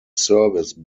service